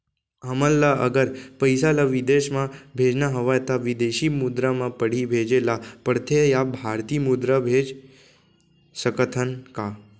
हमन ला अगर पइसा ला विदेश म भेजना हवय त विदेशी मुद्रा म पड़ही भेजे ला पड़थे या भारतीय मुद्रा भेज सकथन का?